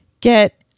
get